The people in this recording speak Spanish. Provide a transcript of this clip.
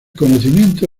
conocimiento